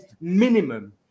minimum